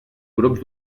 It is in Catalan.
grups